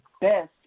best